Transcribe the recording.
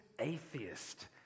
atheist